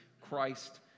Christ